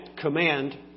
command